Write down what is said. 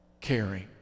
Caring